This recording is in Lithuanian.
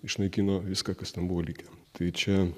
išnaikino viską kas ten buvo likę tai čia